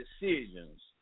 decisions